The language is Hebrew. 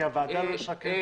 כי הוועדה לא אישרה קבע.